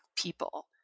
people